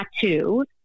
tattoo